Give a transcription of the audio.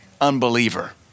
unbeliever